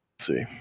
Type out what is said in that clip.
see